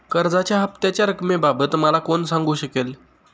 कर्जाच्या हफ्त्याच्या रक्कमेबाबत मला कोण सांगू शकेल?